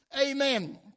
Amen